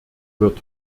wird